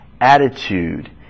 attitude